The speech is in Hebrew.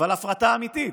אבל הפרטה אמיתית,